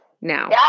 now